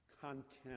content